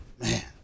Man